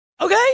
Okay